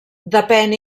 depèn